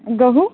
गहू